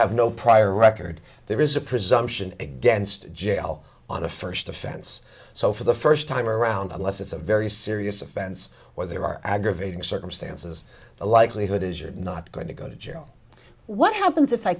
have no prior record there is a presumption against jail on the first offense so for the first time around unless it's a very serious offense or there are aggravating circumstances the likelihood is you're not going to go to jail what happens if i